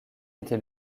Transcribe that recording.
était